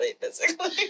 physically